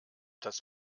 das